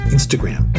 Instagram